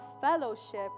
fellowship